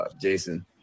Jason